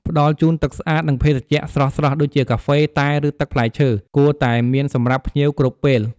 ផ្ដល់ជូនទឹកស្អាត និងភេសជ្ជៈស្រស់ៗ ដូចជា កាហ្វេ តែ ឬទឹកផ្លែឈើ គួរតែមានសម្រាប់ភ្ញៀវគ្រប់ពេល។